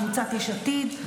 מקבוצת סיעת יש עתיד,